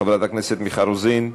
חברת הכנסת מיכל רוזין,